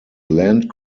land